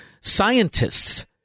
scientists